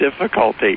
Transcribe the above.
difficulty